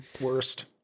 worst